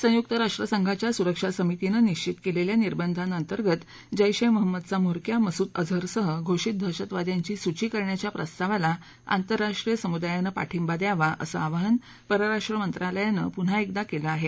संयुक्त राष्ट्र संघाच्या सुरक्षा समितीनं निश्वित केलेल्या निर्बधांअंतर्गत जैश ए महंमदचा म्होरक्या मसुद अझरसह घोषित दहशतवाद्यांची सुची करण्याच्या प्रस्तावाला आंतरराष्ट्रीय समूदायानं पाठिंबा द्यावा असं आवाहन परराष्ट्र मंत्रालयानं पुन्हा एकदा केलं आहे